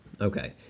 Okay